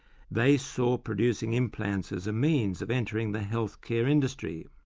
they saw producing implants as a means of entering the healthcare industry.